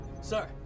Sir